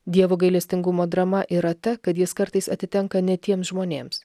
dievo gailestingumo drama yra ta kad jis kartais atitenka ne tiems žmonėms